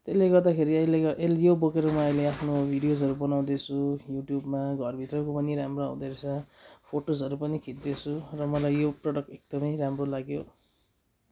त्यसले गर्दाखेरि अहिले अहिले यो बोकेर म अहिले म भिडियोजहरू बनाउँदैछु युट्युबमा घरभित्रको पनि राम्रो आउँदैछ फोटोजहरू पनि खिच्दैछु र मलाई यो प्रडक्ट एकदमै राम्रो लाग्यो